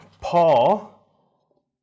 Paul